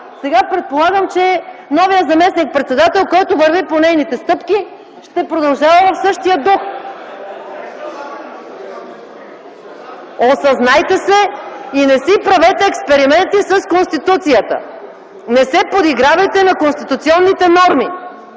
сега предполагам, че новият заместник-председател, който върви по нейните стъпки, ще продължава в същия дух. (Шум и реплики от ГЕРБ.) Осъзнайте се и не си правете експерименти с Конституцията! Не се подигравайте на конституционните норми!